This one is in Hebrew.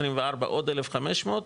עוד 1,500,